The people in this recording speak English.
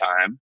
time